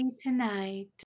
tonight